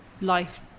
life